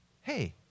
Hey